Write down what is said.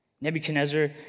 Nebuchadnezzar